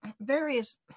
various